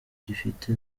gifite